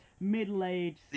middle-aged